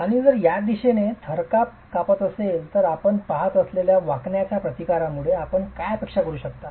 आणि जर या दिशेने थरथर कापत असेल तर आपण पहात असलेल्या वाकण्याच्या प्रतिकारांमुळे आपण काय अपेक्षा करू शकता